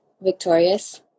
victorious